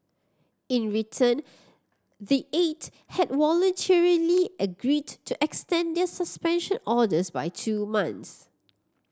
in return the eight have voluntarily agreed to extend their suspension orders by two months